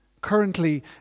currently